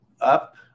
up